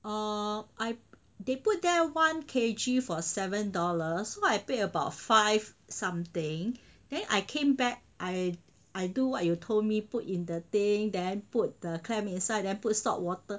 err I they put their one kg for seven dollars so I paid about five something then I came back I I do what you told me put in the thing then put the clam inside then put saltwater